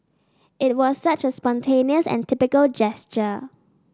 it was such a spontaneous and typical gesture